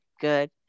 good